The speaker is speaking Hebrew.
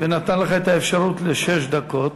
ונתן לך את האפשרות לשש דקות.